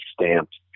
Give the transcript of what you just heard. stamped